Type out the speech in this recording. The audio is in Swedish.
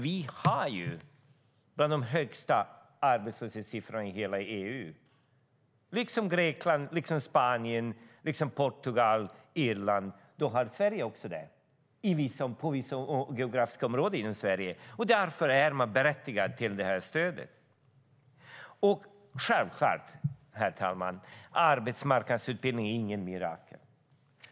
Vi har bland de högsta arbetslöshetssiffrorna i hela EU. Liksom Grekland, Spanien, Portugal och Irland har vi det i vissa geografiska områden i Sverige, och därför är vi berättigade till det här stödet. Självklart, herr talman, är arbetsmarknadsutbildning inget mirakel.